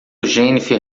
jennifer